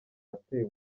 watewe